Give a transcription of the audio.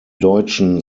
deutschen